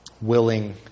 willing